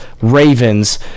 Ravens